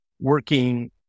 working